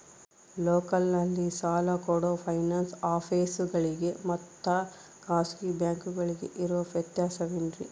ಲೋಕಲ್ನಲ್ಲಿ ಸಾಲ ಕೊಡೋ ಫೈನಾನ್ಸ್ ಆಫೇಸುಗಳಿಗೆ ಮತ್ತಾ ಖಾಸಗಿ ಬ್ಯಾಂಕುಗಳಿಗೆ ಇರೋ ವ್ಯತ್ಯಾಸವೇನ್ರಿ?